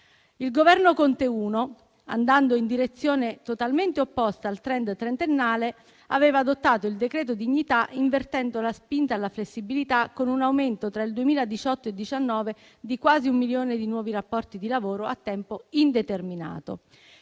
Il Governo Conte 1, andando in direzione totalmente opposta al *trend* trentennale, aveva adottato il decreto dignità, invertendo la spinta alla flessibilità con un aumento tra il 2018 e 2019 di quasi un milione di nuovi rapporti di lavoro a tempo indeterminato.